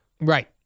Right